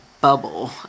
bubble